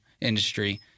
Industry